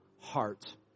heart